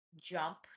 jump